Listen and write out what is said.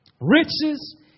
riches